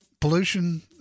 pollution